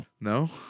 No